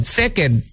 second